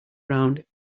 round